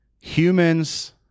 humans